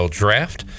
draft